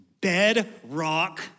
bedrock